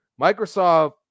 microsoft